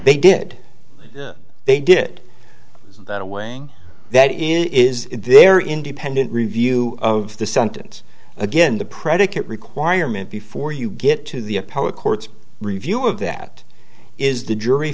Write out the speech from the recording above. they did they did that a way that is they're independent review of the sentence again the predicate requirement before you get to the appellate court's review of that is the jury